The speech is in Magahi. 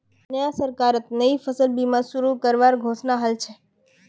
नया सरकारत नई फसल बीमा शुरू करवार घोषणा हल छ